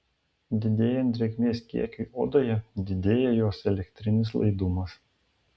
didėjant drėgmės kiekiui odoje didėja jos elektrinis laidumas